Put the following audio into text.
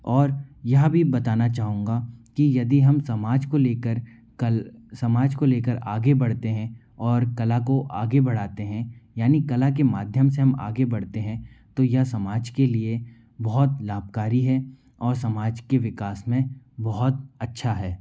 और यह भी बताना चाहूँगा की यदि हम समाज को लेकर कल समाज को लेकर आगे बढ़ते हैं और कला को आगे बढ़ाते हैं यानि कला के माध्यम से हम आगे बढ़ते हैं तो यह समाज के लिए बहुत लाभकारी है और समाज के विकास में बहुत अच्छा है